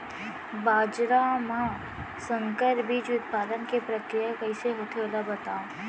बाजरा मा संकर बीज उत्पादन के प्रक्रिया कइसे होथे ओला बताव?